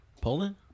Poland